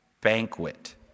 banquet